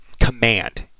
command